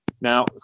Now